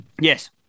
Yes